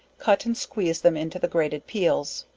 cut and squeeze them into the grated peals.